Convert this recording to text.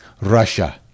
russia